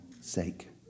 sake